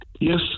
Yes